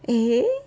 eh